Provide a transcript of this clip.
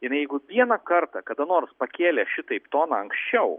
jinai jeigu vieną kartą kada nors pakėlė šitaip toną anksčiau